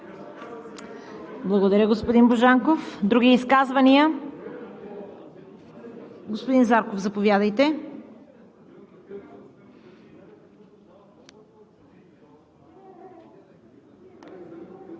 Благодаря, господин Божанков. Други изказвания? Господин Зарков, заповядайте. КРУМ